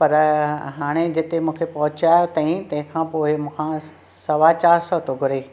पर हाणे जिते मूंखे पहुचायो अथई तंहिं खां पोइ मूंखां सवा चार सौ थो घुरे